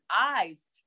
eyes